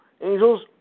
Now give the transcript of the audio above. Angels